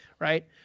right